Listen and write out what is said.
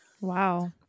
Wow